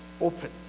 open